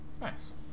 Nice